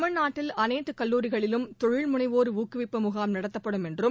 தமிழ்நாட்டில் அனைத்துகல்லூரிகளிலும் தொழில்முனைவோர் ஊக்குவிப்பு முகாம் நடத்தப்படும் என்றும்